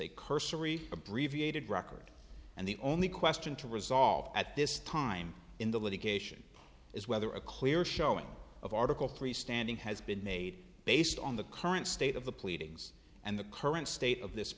a cursory abbreviated record and the only question to resolve at this time in the litigation is whether a clear showing of article three standing has been made based on the current state of the pleadings and the current state of this